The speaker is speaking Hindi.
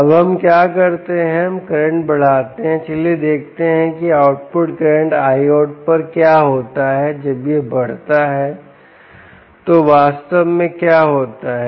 अब हम क्या करते हैं हम करंट बढ़ाते हैं चलिए देखते हैं कि आउटपुट करंट Iout पर क्या होता है जब यह बढ़ता है तो वास्तव में क्या होता है